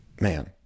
man